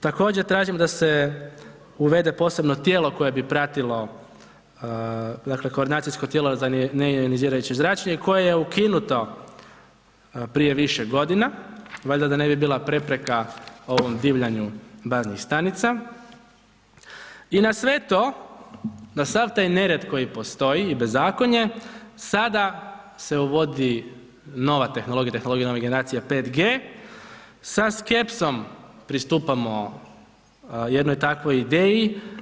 Također, tražimo da se uvede posebno tijelo koje bi pratilo dakle, koordinacijsko tijelo za neionizirajuće zračenje koje je ukinuto prije više godina, valjda da ne bi bila prepreka ovom divljanju baznih stanica i na sve to, na sav taj nered koji postoji i bezakonje, sada se uvodi nova tehnologija, tehnologija nove generacije 5G. Sa skepsom pristupamo jednoj takvoj ideji.